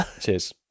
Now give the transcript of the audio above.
Cheers